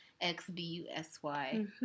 X-D-U-S-Y